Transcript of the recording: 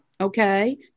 Okay